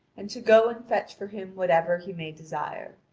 and to go and fetch for him whatever he may desire.